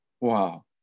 Wow